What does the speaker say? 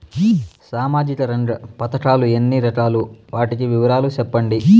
సామాజిక రంగ పథకాలు ఎన్ని రకాలు? వాటి వివరాలు సెప్పండి